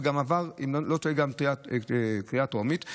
ואם אני לא טועה גם עבר בקריאה טרומית,